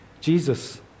Jesus